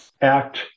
act